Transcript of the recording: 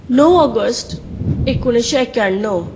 णव ऑगस्ट एकूणीशें एक्याण्णव